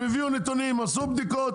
הם הביאו נתונים, עשו בדיקות.